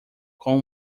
com